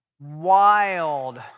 wild